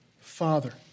Father